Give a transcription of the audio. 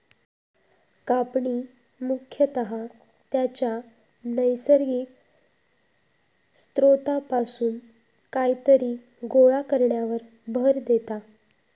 कापणी मुख्यतः त्याच्या नैसर्गिक स्त्रोतापासून कायतरी गोळा करण्यावर भर देता